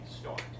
start